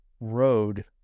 road